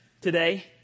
today